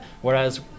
Whereas